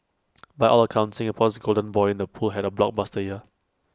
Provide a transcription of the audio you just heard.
by all accounts Singapore's golden boy in the pool had A blockbuster year